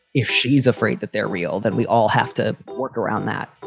if she's afraid that they're real, that we all have to work around that.